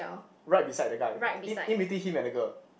right beside the guy in in between him and the girl